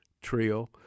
trio